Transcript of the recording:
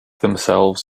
themselves